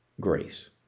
grace